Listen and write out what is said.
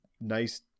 nice